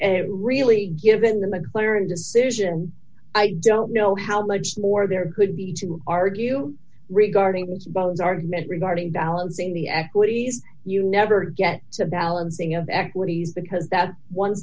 but really given the clarity decision i don't know how much more there could be to argue regarding his bones argument regarding balancing the equities you never get so balancing of equities because that one